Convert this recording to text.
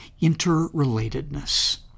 interrelatedness